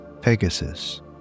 Pegasus